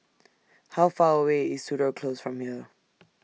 How Far away IS Tudor Close from here